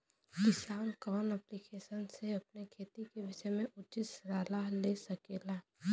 किसान कवन ऐप्लिकेशन से अपने खेती के विषय मे उचित सलाह ले सकेला?